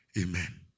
Amen